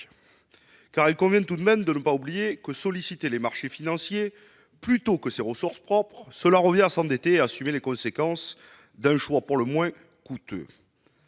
il convient tout de même de ne pas oublier que solliciter les marchés financiers, plutôt que ses ressources propres, revient à s'endetter et à assumer les conséquences d'un choix pour le moins coûteux.